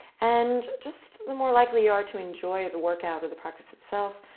and just the more likely you are to enjoy the workout or the practice itself,